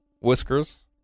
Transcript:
Whiskers